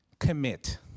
Commit